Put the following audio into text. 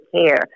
care